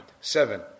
Seven